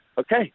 okay